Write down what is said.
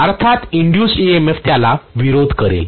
अर्थात induced EMF त्याला विरोध करेल